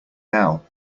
now